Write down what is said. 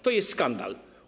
To jest skandal.